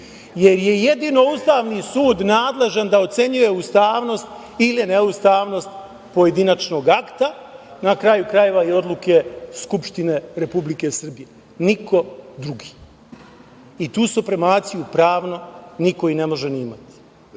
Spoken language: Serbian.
jer je jedino Ustavni sud nadležan da ocenjuje ustavnost ili neustavnost pojedinačnog akta, na kraju krajeva, i odluke Skupštine Republike Srbije. Niko drugi i tu supremaciju pravno niko ne može ni imati.